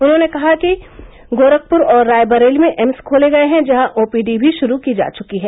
उन्होंने कहा कि गोरखपुर और रायबरेली में एम्स खोले गये हैं जहां ओपीडी भी शुरू की जा चुकी है